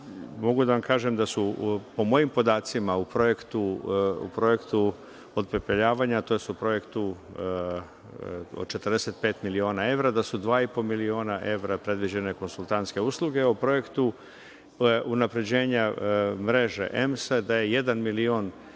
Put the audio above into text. Mogu da vam kažem da su, po mojim podacima, u projektu otpepeljavanja, tj. o projektu od 45 miliona evra, da su 2,5 miliona evra predviđene konsultantske usluge, u projektu unapređenja mreže EMS-a, da je 1 milion